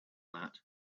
that